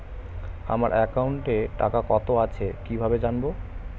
আমার একাউন্টে টাকা কত আছে কি ভাবে জানবো?